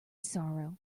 sorrow